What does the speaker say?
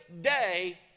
day